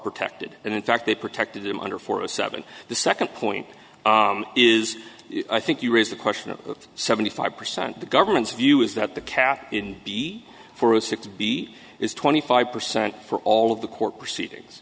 protected and in fact they protected him under forty seven the second point is i think you raise the question of that seventy five percent the government's view is that the cap in be for a six b is twenty five percent for all of the court proceedings